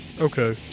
Okay